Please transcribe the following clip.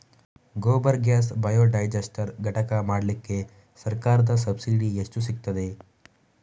Gobar gas biodigester ಘಟಕ ಮಾಡ್ಲಿಕ್ಕೆ ಸರ್ಕಾರದ ಸಬ್ಸಿಡಿ ಎಷ್ಟು ಸಿಕ್ತಾದೆ?